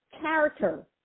character